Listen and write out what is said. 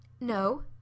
no